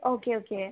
okay okay